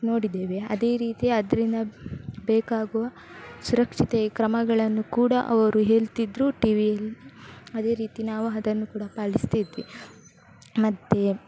ನೋಡಿದ್ದೇವೆ ಅದೇ ರೀತಿ ಅದರಿಂದ ಬೇಕಾಗುವ ಸುರಕ್ಷತೆಯ ಕ್ರಮಗಳನ್ನು ಕೂಡ ಅವರು ಹೇಳ್ತಿದ್ದರು ಟಿವಿಯಲ್ಲಿ ಅದೇ ರೀತಿ ನಾವು ಅದನ್ನು ಕೂಡ ಪಾಲಿಸ್ತಿದ್ವಿ ಮತ್ತು